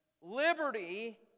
liberty